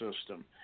system